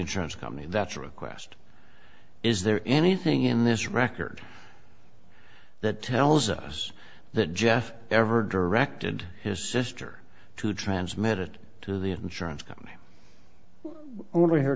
insurance company that's a request is there anything in this record that tells us that jeff ever directed his sister to transmit it to the insurance company only her